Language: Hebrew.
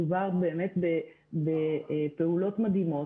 מדובר באמת בפעולות מדהימות,